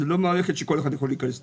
זה לא מערכת שכל אחד יכול להיכנס לתוכה.